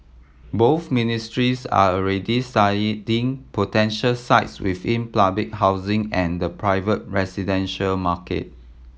both ministries are already studying potential sites within public housing and the private residential market